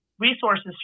resources